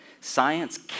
Science